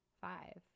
five